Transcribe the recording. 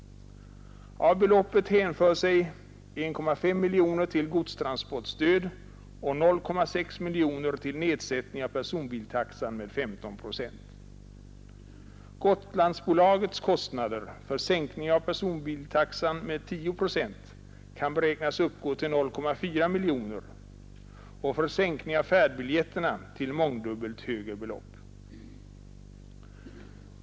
Av beloppet hänför sig 1,5 miljoner kronor till godstransportstöd och 0,6 miljoner kronor till nedsättning av personbiltaxan med 15 procent. Gotlandsbolagets kostnader för sänkning av personbilstaxan med 10 procent kan beräknas uppgå till 0,4 miljoner kronor och för sänkning av priset på färdbiljetterna till mångdubbelt högre belopp.